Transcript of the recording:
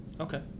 Okay